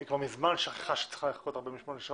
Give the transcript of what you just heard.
היא כבר מזמן שכחה שהיא צריכה לחכות 48 שעות.